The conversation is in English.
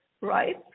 right